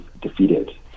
defeated